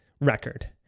record